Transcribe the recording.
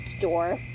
door